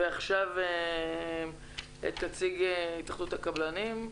ועכשיו נציג התאחדות הקבלנים,